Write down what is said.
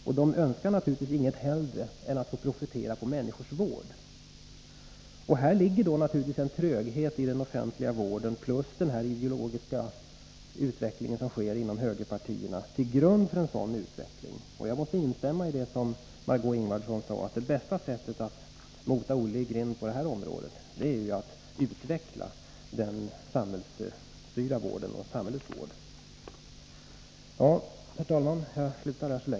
Och i detta fall önskar naturligtvis kapitalägarna inget hellre än att få profitera på människors vård. Till grund för en sådan utveckling ligger naturligtvis en tröghet i den offentliga vården tillsammans med den ideologiska utveckling som sker inom högerpartierna. Jag måste instämma i det Margé Ingvardsson sade, nämligen att det bästa sättet att mota Olle i grind på det här området är att utveckla den samhällsstyrda vården.